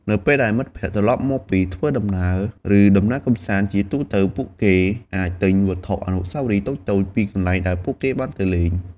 នៅពេលដែលមិត្តភក្តិត្រឡប់មកពីធ្វើដំណើរ ឬដំណើរកម្សាន្ត ជាទូទៅពួកគេអាចទិញវត្ថុអនុស្សាវរីយ៍តូចៗ ពីកន្លែងដែលពួកគេបានទៅលេង។